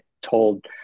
told